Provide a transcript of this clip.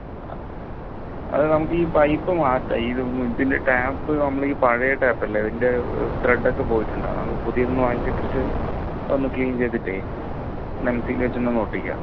ആ അത് നമുക്ക് ഈ പൈപ്പ് മാറ്റാം ഈ ഇതിൻ്റെ ടാപ്പ് നമ്മൾ ഈ പഴയ ടാപ്പ് അല്ലേ ഇതിൻ്റെ ത്രെഡ് ഒക്കെ പോയിട്ടുണ്ട് ആ പുതിയത് ഒന്ന് വാങ്ങിച്ചിട്ട് ഇട്ടിട്ട് ഒന്ന് ക്ലീൻ ചെയ്തിട്ടേ കൺസീല് വെച്ചിട്ട് ഒന്ന് ഒട്ടിക്കാം